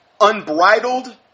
unbridled